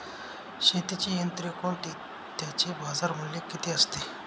शेतीची यंत्रे कोणती? त्याचे बाजारमूल्य किती असते?